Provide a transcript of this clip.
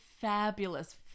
fabulous